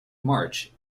march